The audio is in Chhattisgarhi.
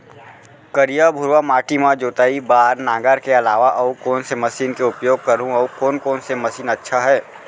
करिया, भुरवा माटी म जोताई बार नांगर के अलावा अऊ कोन से मशीन के उपयोग करहुं अऊ कोन कोन से मशीन अच्छा है?